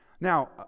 Now